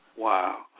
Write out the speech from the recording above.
Wow